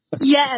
Yes